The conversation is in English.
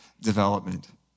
development